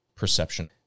Perception